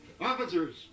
Officers